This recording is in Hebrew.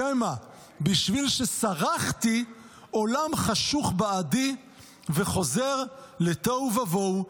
שמא בשביל שסרחתי עולם חשוך בעדי וחוזר לתוהו ובוהו,